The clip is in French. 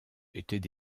étaient